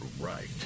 right